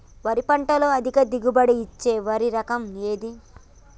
వరి పంట లో అధిక దిగుబడి ఇచ్చే వరి రకం ఏది?